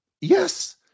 Yes